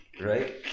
Right